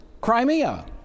Crimea